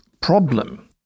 problem